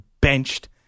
benched